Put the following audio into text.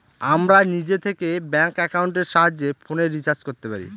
আমরা নিজে থেকে ব্যাঙ্ক একাউন্টের সাহায্যে ফোনের রিচার্জ করতে পারি